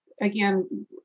again